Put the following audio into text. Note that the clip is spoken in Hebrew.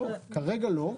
כרגע לא.